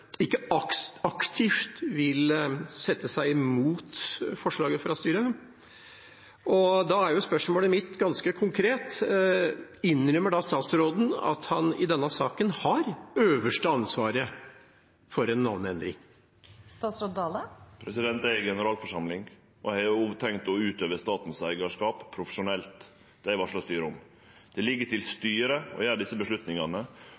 ikke aktivt vil sette seg imot forslaget fra styret. Da er spørsmålet mitt ganske konkret: Innrømmer da statsråden at han i denne saken har det øverste ansvaret for en navneendring? Eg er generalforsamling, og eg har tenkt å utøve statens eigarskap profesjonelt. Det har eg varsla styret om. Det ligg til